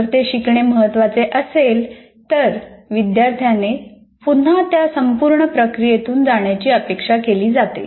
जर ते शिकणे महत्त्वाचे असेल तर विद्यार्थ्याने पुन्हा त्या संपूर्ण प्रक्रियेतून जाण्याची अपेक्षा केली जाते